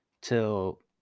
till